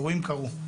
האירועים קרו.